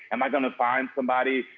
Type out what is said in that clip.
am i gonna find somebody?